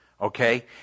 Okay